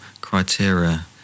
criteria